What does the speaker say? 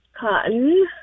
Cotton